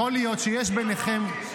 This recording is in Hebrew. יכול להיות שיש ביניכם --- אני אמרתי